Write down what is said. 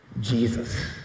Jesus